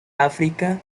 áfrica